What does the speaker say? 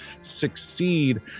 succeed